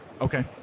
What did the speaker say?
Okay